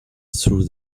through